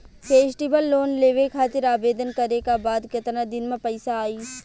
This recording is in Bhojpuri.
फेस्टीवल लोन लेवे खातिर आवेदन करे क बाद केतना दिन म पइसा आई?